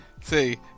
See